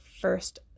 first